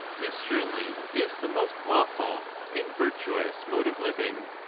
this surely is the most lawful and. virtuous mode of living.